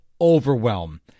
overwhelm